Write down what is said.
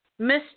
Mr